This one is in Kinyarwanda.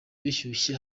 bishyuye